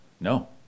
no